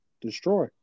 Destroy